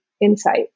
insight